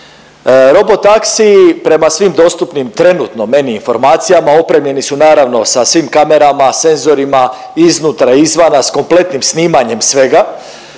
Robotaksiji prema svim dostupnim trenutno meni informacijama, opremljeni su naravno sa svim kamerama, senzorima iznutra, izvana s kompletnim snimanjem svega